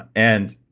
and